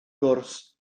gwrs